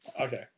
Okay